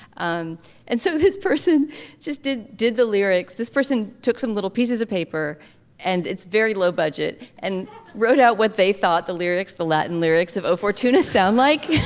um and so this person just did did the lyrics this person took some little pieces of paper and it's very low budget and wrote out what they thought. the lyrics the latin lyrics of o fortuna sound like.